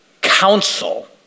council